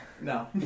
No